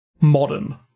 modern